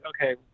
okay